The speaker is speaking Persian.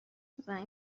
زنگ